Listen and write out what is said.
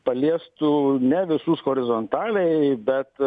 paliestų ne visus horizontaliai bet